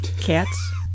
cats